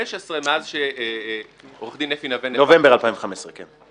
מאז שעורך דין אפי נוה -- נובמבר 2015, כן.